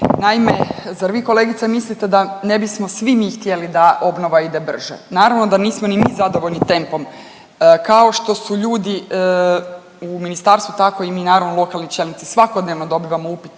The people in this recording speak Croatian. Naime, zar vi kolegice mislite da ne bismo svi mi htjeli da obnova ide brže. Naravno da nismo ni mi zadovoljni tempom kao što su ljudi u ministarstvu tako i mi naravno lokalni čelnici svakodnevno dobivamo upite